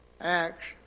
Acts